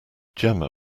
jemma